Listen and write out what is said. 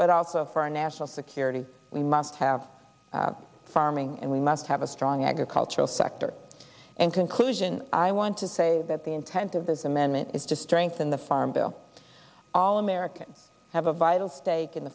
but also for our national security we must have farming and we must have a strong agricultural sector and conclusion i want to say that the intent of this amendment is to strengthen the farm bill all americans have a vital stake in